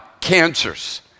cancers